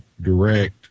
direct